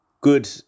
Good